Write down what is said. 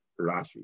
Rashi